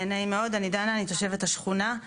נעים מאוד אני דנה, אני תושבת השכונה.